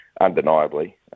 undeniably